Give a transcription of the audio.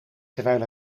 terwijl